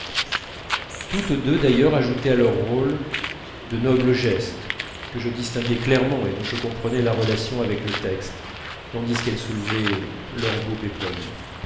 toutes deux d'ailleurs ajoutaient à leur rôle de nobles gestes que je distinguais clairement et dont je comprenais la relation avec le texte tandis qu'elles soulevaient leurs beaux péplums